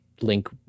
link